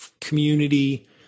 community